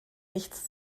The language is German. nichts